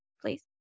Please